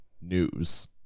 news